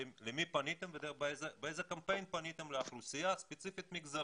למי פניתם ובאיזה קמפיין פניתם לאוכלוסייה הספציפית מגזרית?